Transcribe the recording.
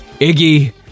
iggy